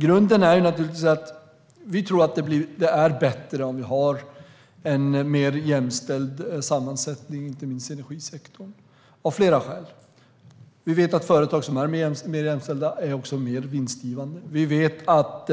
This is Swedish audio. Grunden är naturligtvis att vi tror att det är bättre att ha en mer jämställd sammansättning, inte minst i energisektorn - av flera skäl. Vi vet att företag som är mer jämställda också är mer vinstgivande. Vi vet att